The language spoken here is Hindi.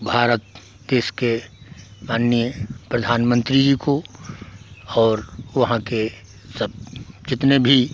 भारत देश के माननीय प्रधानमन्त्री जी को और वहाँ के सब जितने भी